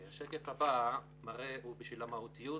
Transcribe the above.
השקף הבא (שקף 7) הוא בשביל המהותיות,